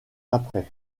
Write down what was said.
après